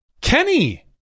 Kenny